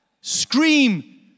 scream